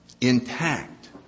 intact